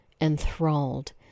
enthralled